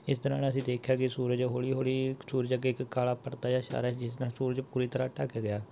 ਇਸ ਤਰ੍ਹਾਂ ਨਾਲ ਅਸੀਂ ਦੇਖਿਆ ਕਿ ਸੂਰਜ ਹੌਲੀ ਹੌਲੀ ਸੂਰਜ ਅੱਗੇ ਇੱਕ ਕਾਲਾ ਪਰਦਾ ਜਿਹਾ ਛਾ ਰਿਹਾ ਸੀ ਜਿਸ ਨਾਲ ਸੂਰਜ ਪੂਰੀ ਤਰ੍ਹਾਂ ਢਕ ਗਿਆ